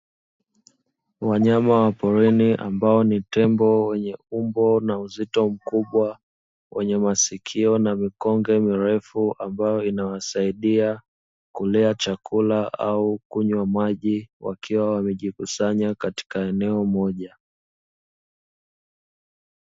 Wanyama wa porini ambao ni tembo wenye umbo na uzito mkubwa wenye masikio na mikonge mirefu, ambayo inawasaidia kulia chakula au kunywa maji, wakiwa wamejikusanya katika eneo moja.